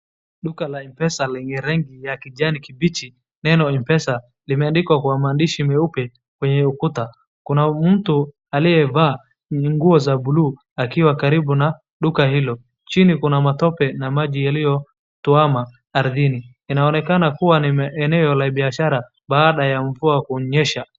Duka la M-pesa lenye rangi ya kijani kibichi. Neno M-pesa limeanddikwa kwa maandishi meupe kwenye ukuta. Kuna mtu aliyevaa nguo za bluu akiwa karibu na duka hilo. Chini kuna matope na maji yaliyotuwama ardhini .Inaonekana eneo la biashara baada ya mvua kunyesha.